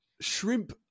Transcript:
shrimp